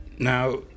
Now